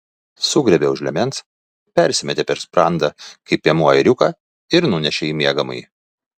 sugriebė už liemens persimetė per sprandą kaip piemuo ėriuką ir nunešė į miegamąjį